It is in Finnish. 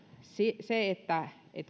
se että